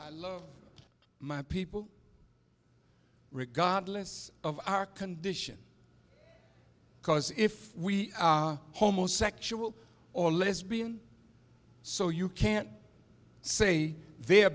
i love my people regardless of our condition because if we homosexuals or lesbian so you can't say they're